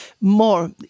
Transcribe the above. more